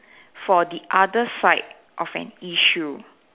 for the other side of an issue